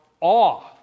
awe